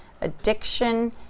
addiction